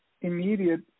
immediate